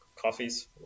coffees